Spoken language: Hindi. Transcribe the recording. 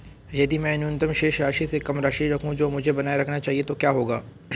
यदि मैं न्यूनतम शेष राशि से कम राशि रखूं जो मुझे बनाए रखना चाहिए तो क्या होगा?